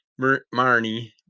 Marnie